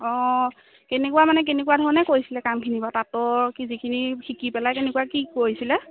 অঁ কেনেকুৱা মানে কেনেকুৱা ধৰণে কৰিছিলে কামখিনি বা তাঁতৰ কি যিখিনি শিকি পেলাই কেনেকুৱা কি কৰিছিলে